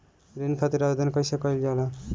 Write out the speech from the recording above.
ऋण खातिर आवेदन कैसे कयील जाला?